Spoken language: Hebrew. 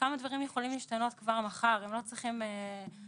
וכמה דברים יכולים להשתנות כבר מחר אם לא